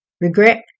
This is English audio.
Regret